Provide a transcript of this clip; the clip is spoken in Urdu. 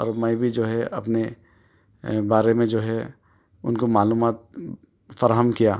اور میں بھی جو ہے اپنے بارے میں جو ہے ان کو معلومات فراہم کیا